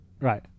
Right